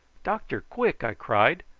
doctor! quick! i cried,